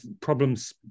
problems